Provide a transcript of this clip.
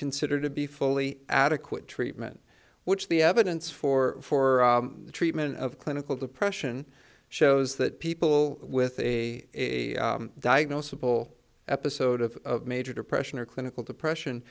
consider to be fully adequate treatment which the evidence for for treatment of clinical depression shows that people with a diagnosable episode of major depression are clinical depression